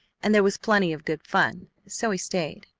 and there was plenty of good fun, so he stayed.